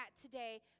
today